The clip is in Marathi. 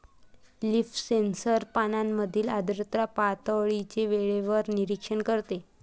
लीफ सेन्सर पानांमधील आर्द्रता पातळीचे वेळेवर निरीक्षण करते